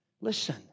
listen